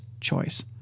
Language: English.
choice